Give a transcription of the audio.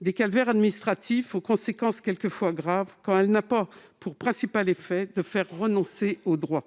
des calvaires administratifs aux conséquences quelquefois graves, quand elle n'a pas pour principal effet le renoncement aux droits.